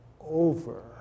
over